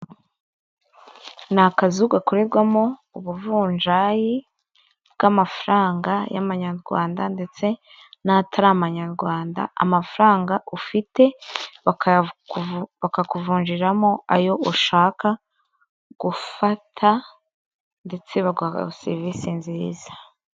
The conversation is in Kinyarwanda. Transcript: Ni akazu gakorerwamo ubuvunjayi bw'amafaranga y'amanyarwanda ndetse n'ataramanyarwanda; amafaranga ufite bakakuvunjiramo ayo ushaka gufata ndetse bakaguha serivisi nziza.